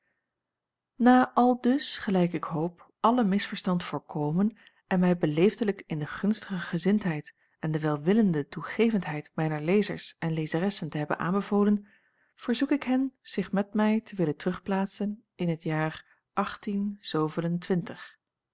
na aldus gelijk ik hoop alle misverstand voorkomen en mij beleefdelijk in de gunstige gezindheid en de welwillende toegevendheid mijner lezers en lezeressen te hebben aanbevolen verzoek ik hen zich met mij te willen terugplaatsen in t jaar